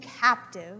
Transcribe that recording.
captive